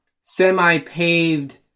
semi-paved